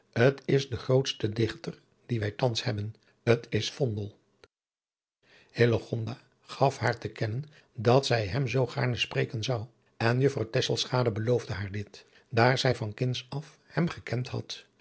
t is de grootste dichter dien wij thans hebben t is vondel hillegonadriaan loosjes pzn het leven van hillegonda buisman da gaf haar te kennen dat zij hem zoo gaarne spreken zou en juffrouw tesselschade beloosde haar dit daar zij van kinds as hem gekend had